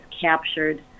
captured